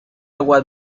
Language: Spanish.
agua